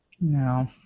No